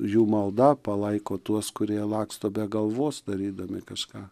jų malda palaiko tuos kurie laksto be galvos darydami kažką